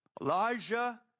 Elijah